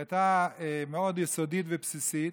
שהייתה יסודית מאוד ובסיסית,